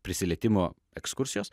prisilietimo ekskursijos